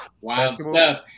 Wow